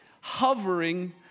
hovering